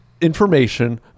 information